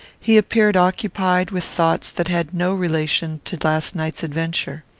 he appeared occupied with thoughts that had no relation to last night's adventure.